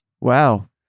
Wow